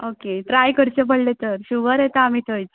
okay try करचें पडलें तर शुव्वर वयता आमी थंयच